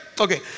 Okay